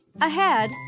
Ahead